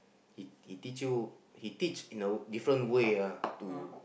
he he teach you he teach in a different way ah to